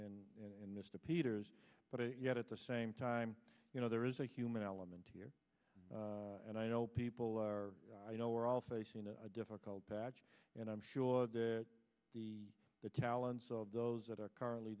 and and and mr peters but yet at the same time you know there is a human element here and i know people are you know we're all facing a difficult patch and i'm sure that the talents of those that are currently